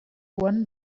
one